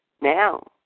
now